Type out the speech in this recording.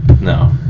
No